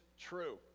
true